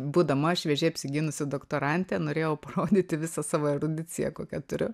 būdama šviežiai apsigynusi doktorantė norėjau parodyti visą savo erudiciją kokią turiu